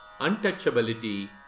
untouchability